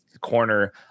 corner